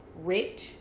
rich